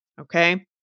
Okay